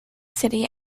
city